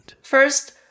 First